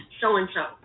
so-and-so